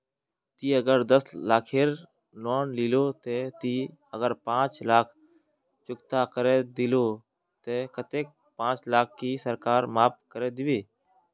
ती अगर दस लाख खेर लोन लिलो ते ती अगर पाँच लाख चुकता करे दिलो ते कतेक पाँच लाख की सरकार माप करे दिबे?